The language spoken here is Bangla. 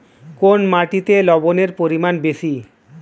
কোন মাটিতে লবণের পরিমাণ বেশি?